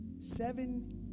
Seven